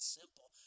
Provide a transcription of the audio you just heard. simple